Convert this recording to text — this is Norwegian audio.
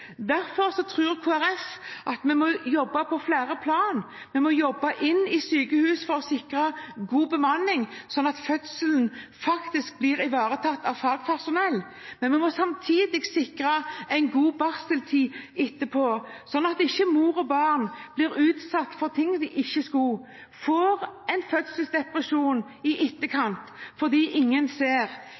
Derfor tror Kristelig Folkeparti at vi må jobbe på flere plan. Vi må jobbe inn mot sykehusene for å sikre god bemanning, slik at fødselen faktisk blir ivaretatt av fagpersonell, men vi må samtidig sikre en god barseltid etterpå, slik at ikke mor og barn blir utsatt for noe de ikke skulle blitt utsatt for – får en fødselsdepresjon i etterkant fordi ingen ser.